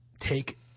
take